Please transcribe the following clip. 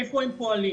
איפה הם פועלים?